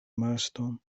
marston